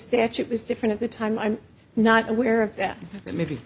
statute was different at the time i'm not aware of that